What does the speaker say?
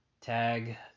Tag